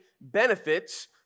benefits